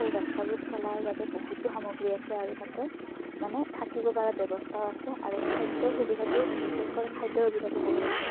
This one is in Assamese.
সৰু বাচ্ছাবোৰ খেলাৰ বাবে বহুতো সামগ্ৰী আছে আৰু তাতে মানে থাকিব পৰা ব্যৱস্থাও আছে আৰু খাদ্যৰ সুবিধাটো বিশেষকৈ খাদ্যৰ সুবিধাটো বহুত আছে